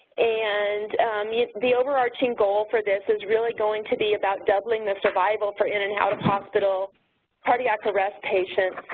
and the overarching goal for this is really going to be about doubling the survival for in and out of hospital cardiac arrest patients.